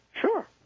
Sure